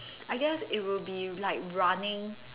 I guess it would be like running